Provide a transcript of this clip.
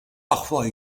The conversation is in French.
parfois